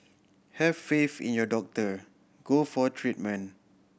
have faith in your doctor go for treatment